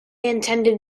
intended